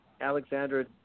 Alexandra